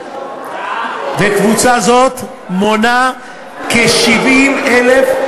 וקבוצה זו מונה כ-70,000,